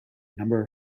number